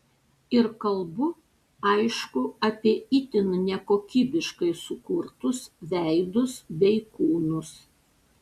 ir kalbu aišku apie itin nekokybiškai sukurtus veidus bei kūnus